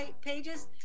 pages